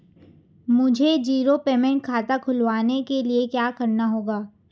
मुझे zero payment खाता खुलवाने के लिए क्या करना होगा?